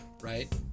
right